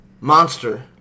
monster